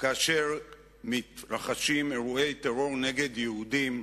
כאשר מתרחשים אירועי טרור נגד יהודים.